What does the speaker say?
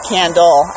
candle